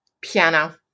Piano